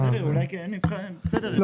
אני לא רואה איזו שהיא העלמת מס, זה מה שאני אומר.